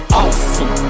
awesome